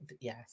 Yes